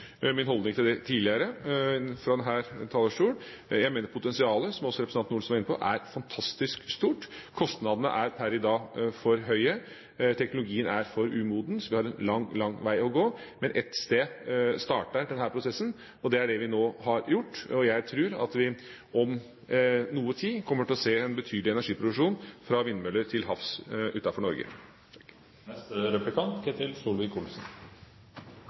min holdning til det tidligere fra denne talerstolen. Jeg mener potensialet, som også representanten Olsen var inne på, er fantastisk stort. Kostnadene er per i dag for høye og teknologien er for umoden, så vi har en lang, lang vei å gå. Men ett sted starter denne prosessen, og det er det vi nå har gjort. Og jeg tror at vi om noe tid kommer til å se en betydelig energiproduksjon fra vindmøller til havs utenfor Norge.